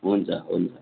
हुन्छ हुन्छ